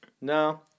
No